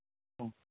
ம்